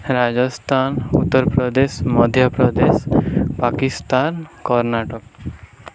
Rajasthan Uttar Pradesh Madhya Pradesh Pakistan Karnataka